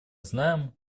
знаем